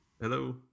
hello